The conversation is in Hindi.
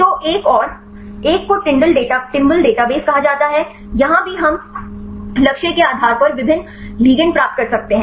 तो एक और एक को टिंबल डेटाबेस कहा जाता है यहां भी हम लक्ष्य के आधार पर विभिन्न लिगेंड प्राप्त कर सकते हैं